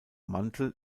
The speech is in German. mantel